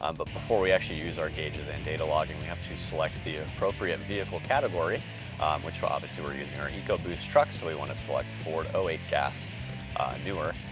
um but before we actually use our gauges and data logging, we have to select the ah appropriate vehicle category which, obviously, we're using our ecoboost truck, so we wanna select ford um eight gas newer,